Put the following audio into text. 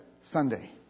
Sunday